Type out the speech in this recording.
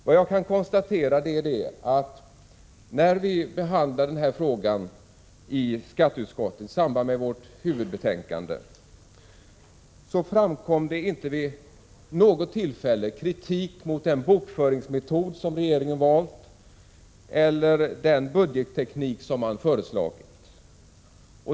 Vad jag kan konstatera är att när vi behandlade denna fråga i skatteutskottet i samband med vårt huvudbetänkande kom inte vid något tillfälle fram kritik mot den bokföringsmetod regeringen valt eller den budgetteknik som regeringen föreslagit.